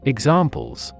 Examples